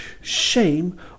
Shame